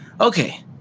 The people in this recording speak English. okay